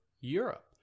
Europe